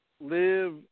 live